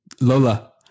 Lola